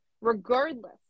regardless